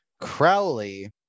Crowley